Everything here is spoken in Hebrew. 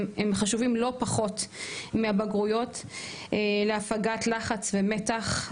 הם חשובים לא פחות מהבגרויות להפגת לחץ ומתח,